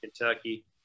Kentucky